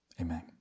amen